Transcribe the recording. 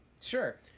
Sure